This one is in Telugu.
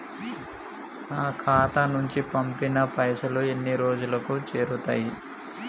నా ఖాతా నుంచి పంపిన పైసలు ఎన్ని రోజులకు చేరుతయ్?